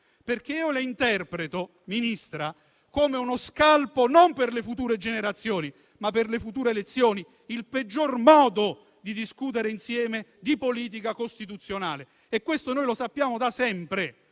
europee. Io la interpreto, Ministra, come uno scalpo non per le future generazioni, ma per le future elezioni, il peggior modo di discutere insieme di politica costituzionale. Questo noi lo sappiamo da sempre.